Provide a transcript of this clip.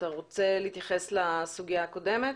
אתה רוצה להתייחס לסוגיה הקודמת,